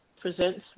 presents